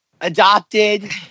adopted